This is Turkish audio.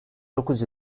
dokuz